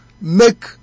make